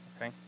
okay